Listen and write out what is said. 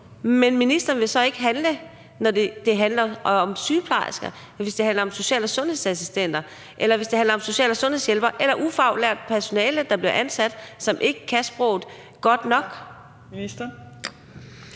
eller hvis det handler om social- og sundhedsassistenter, eller hvis det handler om social- og sundhedshjælpere eller ufaglært personale, der bliver ansat, som ikke kan sproget godt nok.